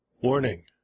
Warning